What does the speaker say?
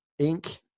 inc